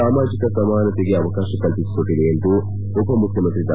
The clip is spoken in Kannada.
ಸಾಮಾಜಿಕ ಸಮಾನತೆಗೆ ಅವಕಾಶ ಕಲ್ಪಿಸಿಕೊಟ್ಲದೆ ಎಂದು ಉಪಮುಖ್ಯಮಂತ್ರಿ ಡಾ